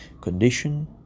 condition